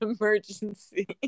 emergency